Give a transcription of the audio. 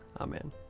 Amen